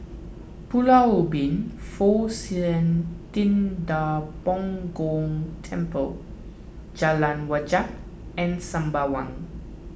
Pulau Ubin Fo Shan Ting Da Bo Gong Temple Jalan Wajek and Sembawang